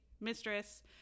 mistress